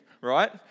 right